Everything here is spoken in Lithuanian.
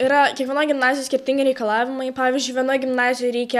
yra kiekvienoj gimnazijoj skirtingi reikalavimai pavyzdžiui vienoj gimnazijoj reikia